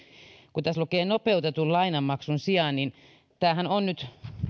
kun tässä lukee nopeutetun lainanmaksun sijaan niin tämähän on nyt